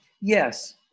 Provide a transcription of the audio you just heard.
yes